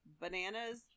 bananas